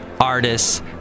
artists